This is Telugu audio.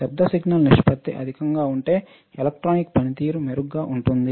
శబ్ద సిగ్నల్ నిష్పత్తి అధికంగా ఉంటే ఎలక్ట్రానిక్ పనితీరు మెరుగ్గా ఉంటుంది